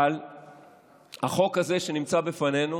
אבל החוק הזה שנמצא בפנינו